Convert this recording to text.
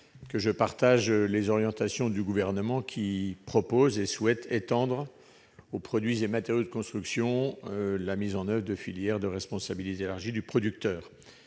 Je partage les orientations du Gouvernement visant à étendre aux produits et matériaux de construction la mise en oeuvre de filières à responsabilité élargie du producteur.